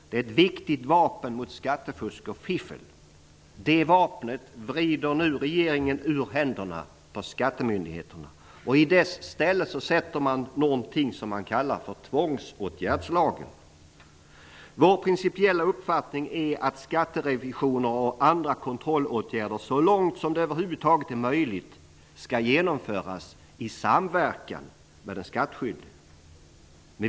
Det är ett viktigt vapen mot skattefusk och fiffel. Det vapnet vrider nu regeringen ur händerna på skattemyndigheterna. I dess ställe sätter man något som man kallar tvångsåtgärdslagen. Vår principiella uppfattning är att skatterevisioner och andra kontrollåtgärder så långt möjligt skall genomföras i samverkan med den skattskyldige.